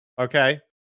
Okay